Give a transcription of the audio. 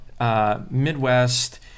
Midwest